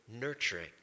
nurturing